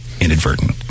inadvertent